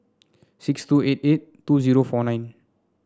six two eight eight two zero four nine